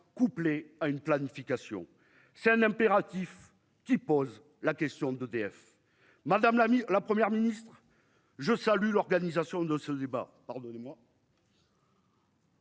couplée à une planification c'est un impératif qui pose la question d'EDF Madame Lamy la première ministre je salue l'organisation de ce débat, pardonnez-moi.